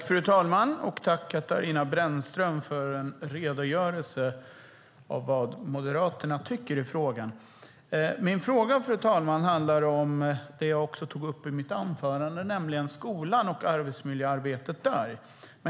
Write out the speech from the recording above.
Fru talman! Jag tackar Katarina Brännström för redogörelsen om vad Moderaterna tycker i frågan. Min fråga handlar om det som jag också tog upp i mitt anförande, nämligen skolan och arbetsmiljöarbetet där.